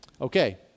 Okay